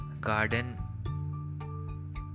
garden